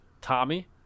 Tommy